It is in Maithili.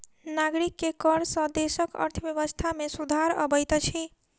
नागरिक के कर सॅ देसक अर्थव्यवस्था में सुधार अबैत अछि